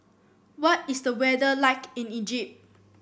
what is the weather like in Egypt